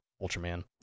Ultraman